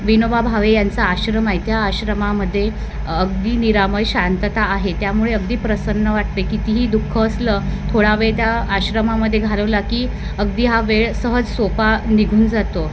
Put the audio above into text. विनोबा भावे यांचा आश्रम आहे त्या आश्रमामध्ये अगदी निरामय शांतता आहे त्यामुळे अगदी प्रसन्न वाटते कितीही दुःख असलं थोडा वेळ त्या आश्रमामध्ये घालवला की अगदी हा वेळ सहज सोपा निघून जातो